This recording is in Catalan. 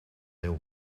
deu